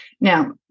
Now